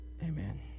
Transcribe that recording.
Amen